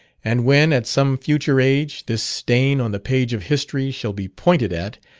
and when, at some future age, this stain on the page of history shall be pointed at,